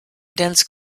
dense